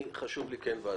חשוב לי שתהיה ועדה.